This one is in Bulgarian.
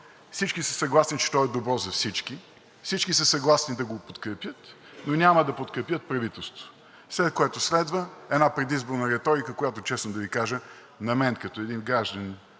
всички са съгласни, че то е добро за всички, всички са съгласни да го подкрепят, но няма да подкрепят правителство, след което следва една предизборна риторика, която, честно да Ви кажа, на мен като един активен